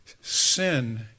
Sin